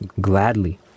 Gladly